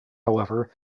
however